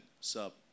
sup